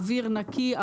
אוויר נקי,